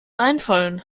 einfallen